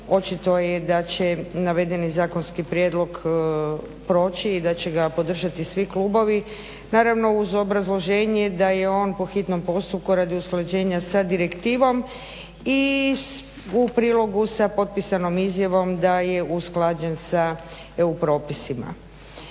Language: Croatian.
očito je da će navedeni zakonski prijedlog proći i da će ga podržati svi klubovi naravno uz obrazloženje da je on po hitnom postupku radi usklađenja sa direktivom i u prilogu sa potpisanom izjavom da je usklađen sa EU propisima.